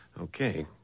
Okay